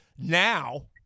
now